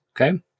Okay